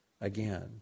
again